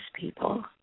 people